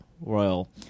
Royal